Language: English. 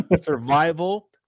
survival